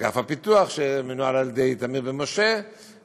לאגף הפיתוח, שמנוהל על ידי תמיר בן משה,